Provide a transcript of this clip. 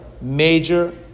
major